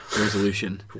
resolution